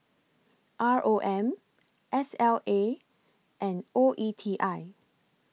R O M S L A and O E T I